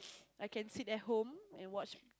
I can sit at home and watch